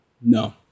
no